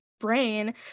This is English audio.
brain